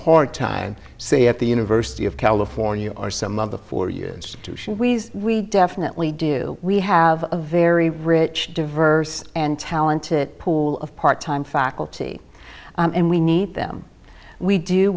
part time say at the university of california or some of the four years we definitely do we have a very rich diverse and talented pool of part time faculty and we need them we do